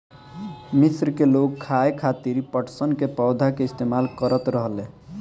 मिस्र के लोग खाये खातिर पटसन के पौधा के इस्तेमाल करत रहले